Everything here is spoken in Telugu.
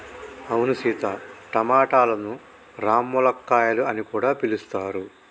అవును సీత టమాటలను రామ్ములక్కాయాలు అని కూడా పిలుస్తారు